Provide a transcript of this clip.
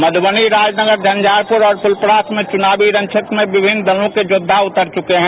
मधुबनी राजनगर झंझारपुर और फुलपरास में चुनावी रणक्षेत्र में विभिन्न दलों के योद्वा उतर चुके हैं